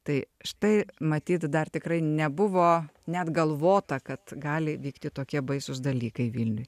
tai štai matyt dar tikrai nebuvo net galvota kad gali vykti tokie baisūs dalykai vilniuj